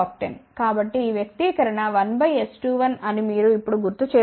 కాబట్టి ఈ వ్యక్తీకరణ 1 S21అని మీరు ఇప్పుడు గుర్తు చేసుకోవచ్చు